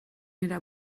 era